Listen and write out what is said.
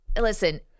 listen